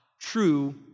true